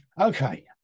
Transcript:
Okay